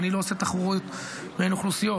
אני לא עושה תחרות בין אוכלוסיות.